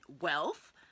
wealth